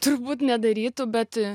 turbūt nedarytų bet